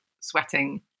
sweating